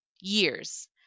years